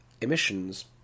emissions